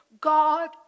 God